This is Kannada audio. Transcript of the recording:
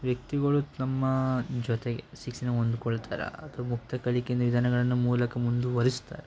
ವ್ಯಕ್ತಿಗಳು ನಮ್ಮ ಜೊತೆಗೆ ಶಿಕ್ಷಣ ಹೊಂದ್ಕೊಳ್ತಾರೆ ಅಥ್ವಾ ಮುಕ್ತ ಕಲಿಕೆಯಿಂದ ಮೂಲಕ ಮುಂದುವರೆಸ್ತಾರೆ